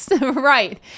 right